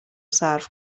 صرف